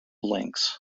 links